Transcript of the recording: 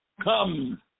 come